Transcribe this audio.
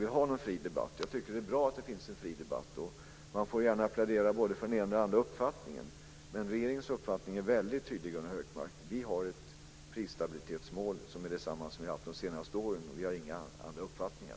Jag tycker att det är bra att det finns en fri debatt, och man får gärna plädera för både den ena och den andra uppfattningen. Men regeringens uppfattning är väldigt tydlig, Gunnar Hökmark. Vi har ett prisstabilitetsmål som är detsamma som vi haft de senaste åren, och vi har inga andra uppfattningar.